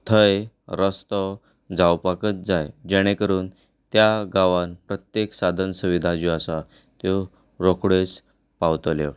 थंय रस्तो जावपाकूच जाय जेणें करून त्या गांवांत प्रत्येक साधन सुविधा ज्यो आसात त्यो रोखड्योच पावतल्यो